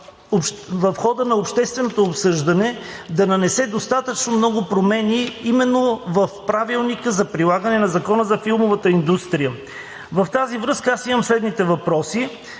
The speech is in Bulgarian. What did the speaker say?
в хода на общественото обсъждане да нанесе достатъчно много промени именно в Правилника за прилагане на Закона за филмовата индустрия. Във връзка с това аз имам следните въпроси: